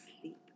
sleep